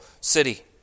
city